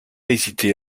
hésiter